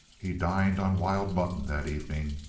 he dined on wild mutton that evening.